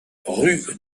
rue